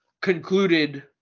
concluded